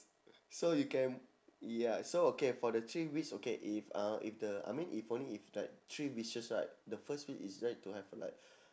so you can ya so okay for the three wish okay if uh if the I mean if only if like three wishes right the first wish is right to have like